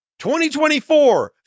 2024